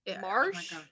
marsh